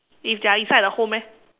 if they are inside the home eh